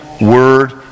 word